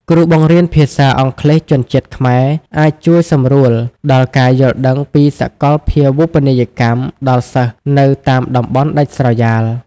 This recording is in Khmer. គ្រូបង្រៀនភាសាអង់គ្លេសជនជាតិខ្មែរអាចជួយសម្រួលដល់ការយល់ដឹងពីសកលភាវូបនីយកម្មដល់សិស្សនៅតាមតំបន់ដាច់ស្រយាល។